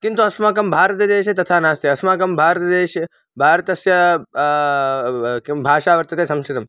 किन्तु अस्माकं भारतदेशे तथा नास्ति अस्माकं भारतदेशे भारतस्य किं भाषा वर्तते संस्कृतं